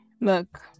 Look